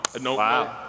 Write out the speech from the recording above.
No